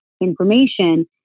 information